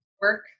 work